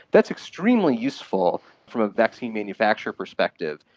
that's extremely useful from a vaccine manufacture perspective.